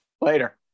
later